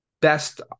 best